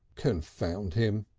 confound him!